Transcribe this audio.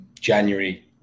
january